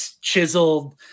chiseled